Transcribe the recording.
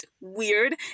weird